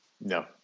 No